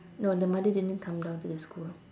no the mother didn't come down to the school